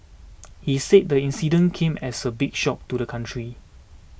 he said the incident came as a big shock to the country